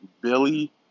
Billy